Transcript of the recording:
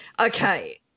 Okay